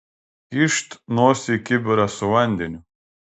kyšt nosį į kibirą su vandeniu